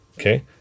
Okay